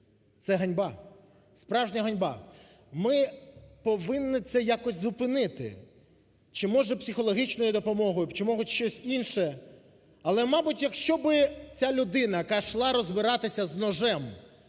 це ганьба, справжня ганьба. Ми повинні це якось зупинити. Чи може психологічною допомогою, чи може щось інше. Але, мабуть, якщо би ця людина, яка йшла розбиратися з ножем,